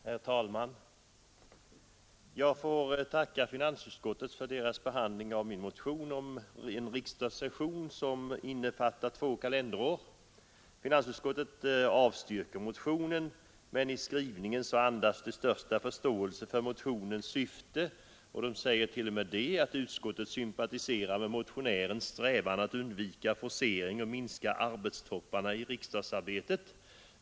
Herr talman! Jag får tacka finansutskottet för dess behandling av min motion om en riksdagssession som innefattar två kalenderår. Finansutskottet avstyrker motionen, men i skrivningen andas det den största förståelse för motionens syfte. Utskottet säger t.o.m. att det ”sympatiserar med motionärens strävan att undvika forcering och minska arbetstopparna i riksdagsarbetet”.